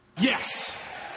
Yes